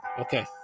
Okay